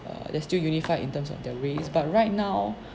err there's still unified in terms of the race but right now